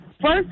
First